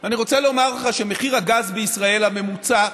אני רוצה לומר לך שמחיר הגז בישראל, הממוצע,